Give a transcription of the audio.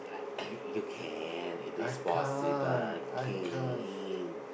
I you can it is possible can